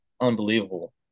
unbelievable